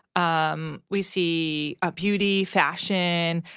um we see ah beauty, fashion,